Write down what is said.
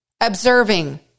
observing